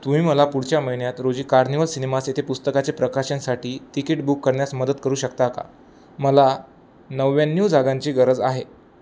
तुम्ही मला पुढच्या महिन्यात रोजी कार्निवल सिनेमास येथे पुस्तकाचे प्रकाशनसाठी तिकीट बुक करण्यास मदत करू शकता का मला नव्याण्णव जागांची गरज आहे